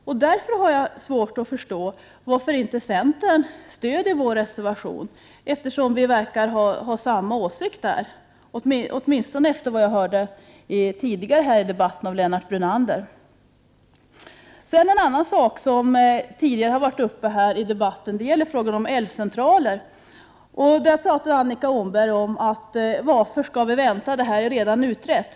Jag har därför svårt att förstå varför centern inte stöder vår reservation, eftersom vi verkar ha samma åsikt i detta fall — åtminstone om man skall gå efter det jag hörde Lennart Brunander säga tidigare här i debatten. En annan fråga som har varit uppe här i debatten är den om älvcentraler. Annika Åhnberg undrade varför vi skulle vänta, när frågan redan var utredd.